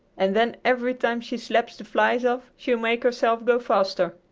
and then every time she slaps the flies off she'll make herself go faster.